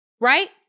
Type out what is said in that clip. Right